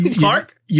Mark